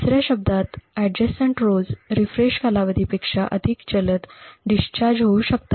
दुसर्या शब्दांत समीप पंक्ती रीफ्रेश कालावधीपेक्षा अधिक जलद डिस्चार्ज होऊ शकतात